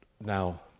Now